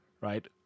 right